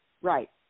Right